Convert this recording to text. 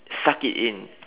suck it in